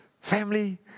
Family